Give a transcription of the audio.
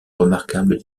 remarquable